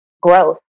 growth